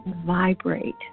vibrate